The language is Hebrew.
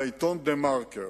בעיתון "דה מרקר",